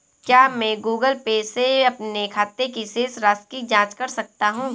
क्या मैं Google Pay से अपने खाते की शेष राशि की जाँच कर सकता हूँ?